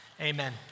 Amen